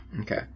Okay